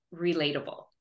relatable